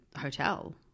hotel –